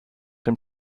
dem